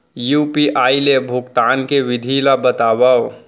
UPI ले भुगतान के विधि ला बतावव